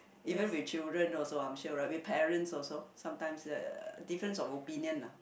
even with children also I'm sure right with parents also sometimes that different of opinion lah